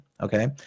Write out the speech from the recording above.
Okay